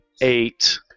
eight